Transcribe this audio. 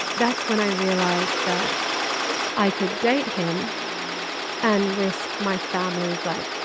that's when i realized that i could date him and risk my family's, like,